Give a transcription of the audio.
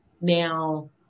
Now